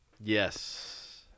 Yes